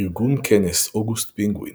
ארגון כנס "אוגוסט פינגווין",